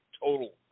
total